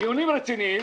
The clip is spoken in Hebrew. דיונים רציניים